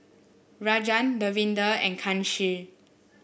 Rajan Davinder and Kanshi